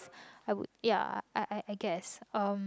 I would ya I I I guess um